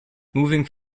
moving